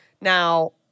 Now